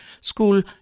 school